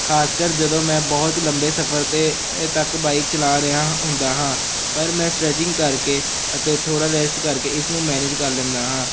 ਖ਼ਾਸ ਕਰ ਜਦੋਂ ਮੈਂ ਬਹੁਤ ਲੰਬੇ ਸਫ਼ਰ 'ਤੇ ਤੱਕ ਬਾਈਕ ਚਲਾ ਰਿਹਾ ਹੁੰਦਾ ਹਾਂ ਪਰ ਮੈਂ ਸਟਰੈਚਿੰਗ ਕਰਕੇ ਅਤੇ ਥੋੜ੍ਹਾ ਰੈਸਟ ਕਰਕੇ ਇਸਨੂੰ ਮੈਨੇਜ ਕਰ ਲੈਂਦਾ ਹਾਂ